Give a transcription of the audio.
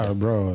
bro